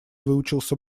выучился